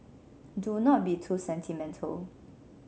do not be too sentimental